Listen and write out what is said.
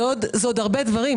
וזה עוד הרבה דברים.